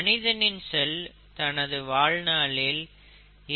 மனிதனின் செல் தனது வாழ்நாளில் 7 முதல் 12 அல்லது 14 மைக்ரான் வரை இருக்கும்